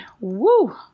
woo